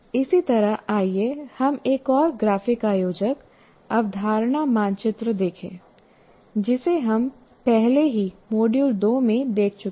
इसी तरह आइए हम एक और ग्राफिक आयोजक अवधारणा मानचित्र देखें जिसे हम पहले ही मॉड्यूल 2 में देख चुके हैं